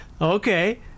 Okay